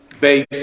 base